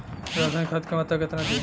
रसायनिक खाद के मात्रा केतना दी?